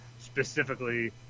specifically